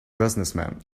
businessmen